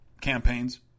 campaigns